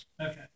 Okay